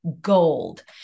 gold